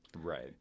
right